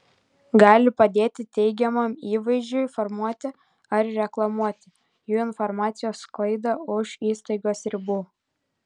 gali padėti teigiamam įvaizdžiui formuoti ar reklamuoti jų informacijos sklaida už įstaigos ribų